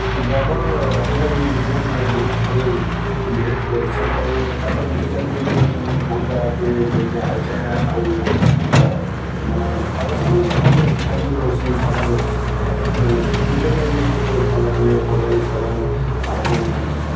ଡ୍ରାଇଭର୍ର ହେନ୍ତା କିଛି ମିସ୍ବିହେବ୍ ବହୁତ୍ ଭଲ୍ ବିହେବ୍ କରୁସନ୍ ଆଉ ତାଙ୍କର ବିହେବ୍ ଲାଗି ମୁଇଁ ବହୁତ୍ ଜାଗା କେ ଯାଇଛେଁ ଆଇଛେଁ ଆଉ ମାନେ ତାଙ୍କର ସାଙ୍ଗେ ମୁଁ ଭଲ ଫ୍ରେଣ୍ଡ୍ଲି ରହିସି ତାଙ୍କର ହେତ୍ ବିହେବ୍ ଲାଗି ମୋତେ ଭଲ୍ ଲାଗ୍ସି ବଡ଼ ଭାଇ ହିସାବେ ତାହାକୁ